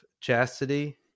chastity